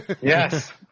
Yes